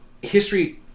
history